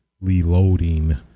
loading